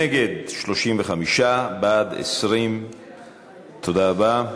דרעי ונתניהו: נגד, 35, בעד, 20. תודה רבה.